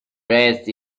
dressed